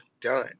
done